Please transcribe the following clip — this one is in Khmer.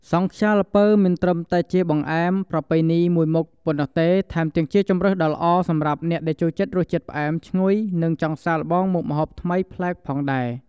សង់ខ្យាល្ពៅមិនត្រឹមតែជាបង្អែមប្រពៃណីខ្មែរមួយមុខប៉ុណ្ណោះទេ ថែមទាំងជាជម្រើសដ៏ល្អសម្រាប់អ្នកដែលចូលចិត្តរសជាតិផ្អែមឈ្ងុយ និងចង់សាកល្បងមុខម្ហូបថ្មីប្លែកផងដែរ។